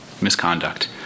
misconduct